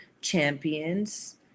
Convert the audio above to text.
champions